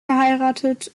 verheiratet